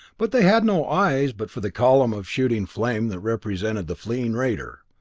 but they had no eyes but for the column of shooting flame that represented the fleeing raider!